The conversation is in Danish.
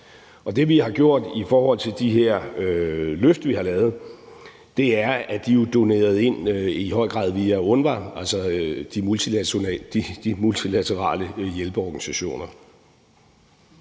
Og det, vi har gjort i forhold til de her løft, vi har lavet, er, at de jo er doneret ind i høj grad via UNRWA, altså de multilaterale hjælpeorganisationer.